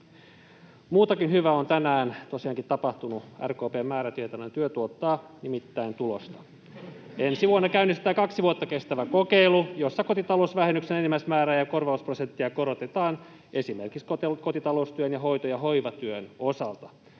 Muutakin hyvää on tänään tosiaankin tapahtunut. RKP:n määrätietoinen työ tuottaa nimittäin tulosta. Ensi vuonna käynnistetään kaksi vuotta kestävä kokeilu, jossa kotitalousvähennyksen enimmäismäärää ja korvausprosenttia korotetaan esimerkiksi kotitaloustyön ja hoito‑ ja hoivatyön osalta.